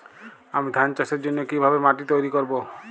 আমি ধান চাষের জন্য কি ভাবে মাটি তৈরী করব?